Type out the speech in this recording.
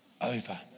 over